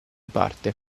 parte